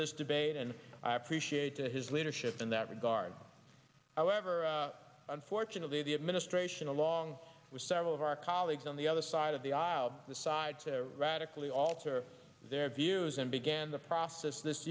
this debate and i appreciate his leadership in that regard however unfortunately the administration along with several of our colleagues on the other side of the aisle decide to radically alter their views and began the process this